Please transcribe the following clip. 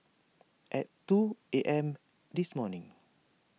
at two A M this morning